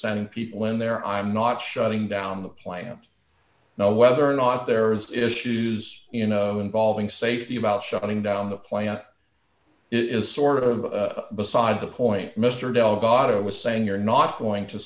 send people in there i'm not shutting down the plant now whether or not there is issues you know involving safety about shutting down the plant it is sort of beside the point mr delgado was saying you're not going to